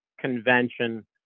convention